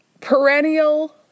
Perennial